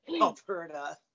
Alberta